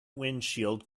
windshield